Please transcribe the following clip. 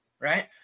Right